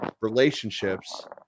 relationships